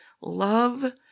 love